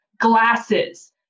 glasses